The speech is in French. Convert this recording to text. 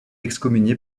excommunié